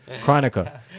chronica